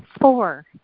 four